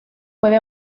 puede